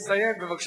סיים בבקשה.